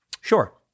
Sure